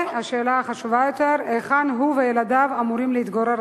והשאלה החשובה יותר: היכן הוא וילדיו אמורים להתגורר,